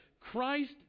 Christ